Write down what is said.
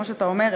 כמו שאתה אומר,